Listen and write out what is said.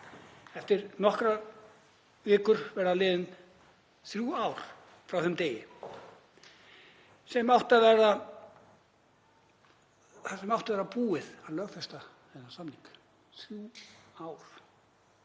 Eftir nokkrar vikur verða liðin þrjú ár frá þeim degi þegar átti að vera búið að lögfesta þennan samning — þrjú ár.